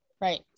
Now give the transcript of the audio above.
right